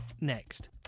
Next